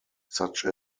such